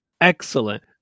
excellent